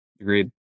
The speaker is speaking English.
Agreed